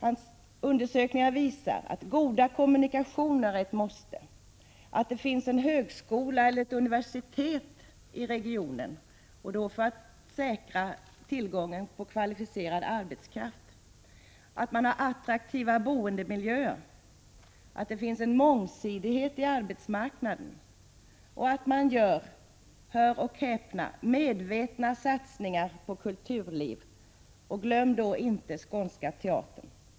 Hans undersökningar visar att goda kommunikationer är nödvändiga. Det måste också finnas en högskola eller ett universitet i regionen för att säkra tillgången på kvalificerad arbetskraft. Man måste ha attraktiva boendemiljöer. Det måste finnas en mångsidighet i arbetsmarknaden. Man måste även göra — hör och häpna - medvetna satsningar på kulturliv, och glöm då inte Skånska teatern.